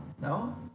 No